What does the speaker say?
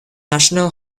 national